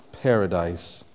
paradise